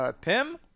Pim